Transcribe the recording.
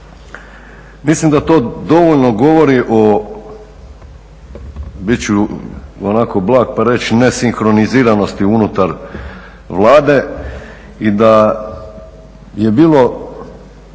Mislim da to dovoljno govori o, bit ću onako blag, ne sinkroniziranosti unutar Vlade i da je bilo